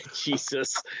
Jesus